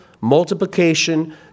multiplication